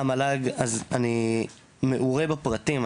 אני מעורה בפרטים.